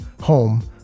home